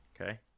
Okay